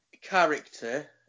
character